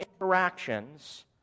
interactions